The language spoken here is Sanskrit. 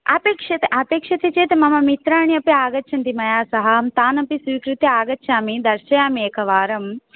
अपेक्षते अपेक्षते चेत् मम मित्राणि अपि आगच्छन्ति मया सह अहं तानपि स्वीकृत्य आगच्छामि दर्शयामि एकवारम्